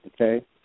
Okay